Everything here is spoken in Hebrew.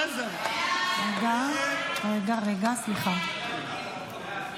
ההצעה להעביר את הצעת חוק להנצחת זכרו של הרב